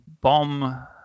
bomb